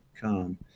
come